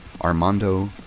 Armando